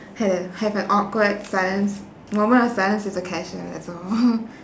had an have an awkward silence moment of silence with the cashier that's all